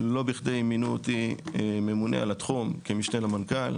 לא בכדי מינו אותי כממונה לתחום כמשנה למנכ"ל,